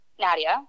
Nadia